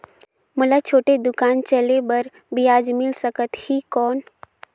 मोला छोटे दुकान चले बर ब्याज मिल सकत ही कौन?